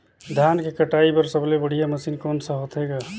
धान के कटाई बर सबले बढ़िया मशीन कोन सा होथे ग?